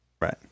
Right